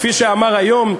כפי שאמר היום,